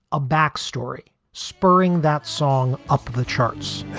a backstory spurring that song up the charts